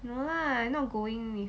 no lah I not going with